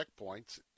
checkpoints